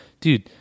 dude